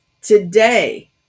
today